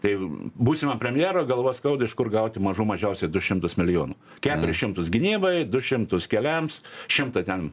tai būsimam premjerui galva skauda iš kur gauti mažų mažiausiai du šimtus milijonų keturis šimtus gynybai du šimtus keliams šimtą ten